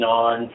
on